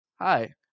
Hi